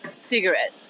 cigarettes